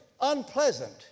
unpleasant